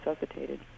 resuscitated